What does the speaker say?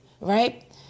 right